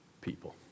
people